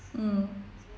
mm